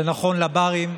זה נכון לברים,